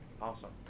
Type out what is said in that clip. awesome